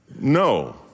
No